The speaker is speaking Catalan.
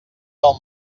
del